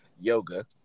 Yoga